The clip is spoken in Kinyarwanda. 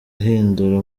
ahindura